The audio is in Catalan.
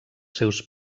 seus